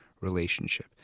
relationship